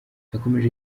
yakomeje